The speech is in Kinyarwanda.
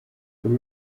uru